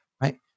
Right